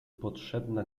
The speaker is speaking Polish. potrzebna